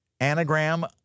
anagram